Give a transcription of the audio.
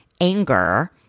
anger